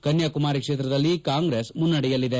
ಕನ್ಯಾಕುಮಾರಿ ಕ್ಷೇತ್ರದಲ್ಲಿ ಕಾಂಗ್ರೆಸ್ ಮುನ್ನಡೆಯಲ್ಲಿದೆ